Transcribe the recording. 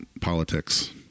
politics